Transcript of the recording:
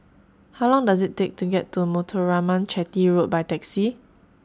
How Long Does IT Take to get to Muthuraman Chetty Road By Taxi